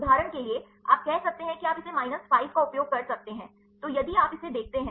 उदाहरण के लिए आप कह सकते हैं कि आप इसे माइनस 5 का उपयोग कर सकते हैं तो यदि आप इसे देखते हैं